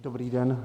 Dobrý den.